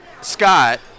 Scott